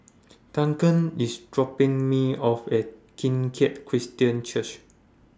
Duncan IS dropping Me off At Kim Keat Christian Church